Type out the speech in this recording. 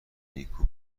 نیکو